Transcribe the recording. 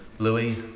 Louis